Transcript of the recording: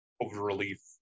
over-relief